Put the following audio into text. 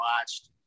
watched